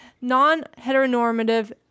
non-heteronormative